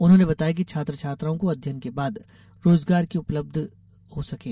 उन्होंने बताया कि छात्र छात्राओं को अध्ययन के बाद रोजगार की उपलब्ध हो सकें